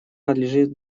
надлежит